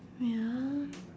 wait ah